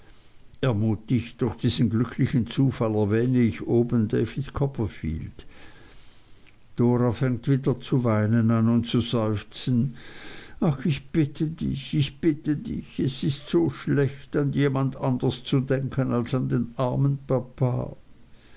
ermutigt durch diesen glücklichen zufall erwähne ich oben d c d fängt wieder zu weinen an und zu seufzen ach ich bitte dich ich bitte dich es ist so schlecht an jemand anders zu denken als an den armen papa